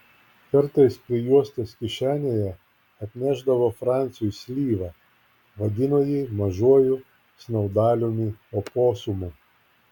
kartais prijuostės kišenėje atnešdavo fransiui slyvą vadino jį mažuoju snaudaliumi oposumu